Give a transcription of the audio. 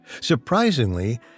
Surprisingly